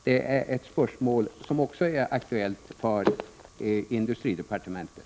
Det är ett spörsmål som också är aktuellt för industridepartementet.